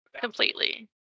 Completely